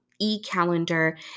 e-calendar